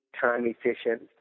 time-efficient